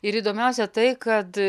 ir įdomiausia tai kad